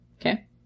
Okay